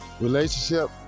Relationship